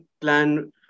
plan